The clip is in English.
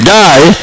die